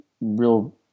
real